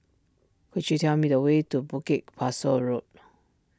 could you tell me the way to Bukit Pasoh Road